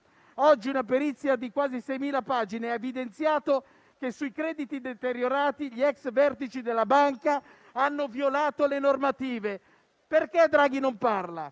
Oggi una perizia di quasi seimila pagine ha evidenziato che sui crediti deteriorati gli ex vertici della banca hanno violato le normative. Perché Draghi non parla?